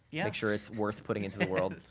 yeah. make sure it's worth putting into the world.